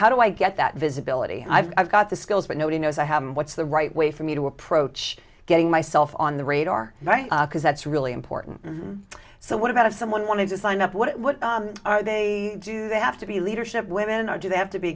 how do i get that visibility i've got the skills but nobody knows i have what's the right way for me to approach getting myself on the radar right because that's really important so what about if someone wanted to sign up what are they do they have to be leadership women are do they have to be